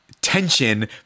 tension